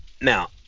Now